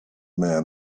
man